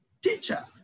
teacher